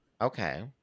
Okay